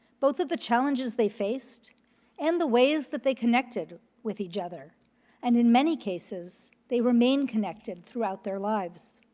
both of the challenges they faced and the ways that they connected with each other and, in many cases, they remained connected throughout their lives.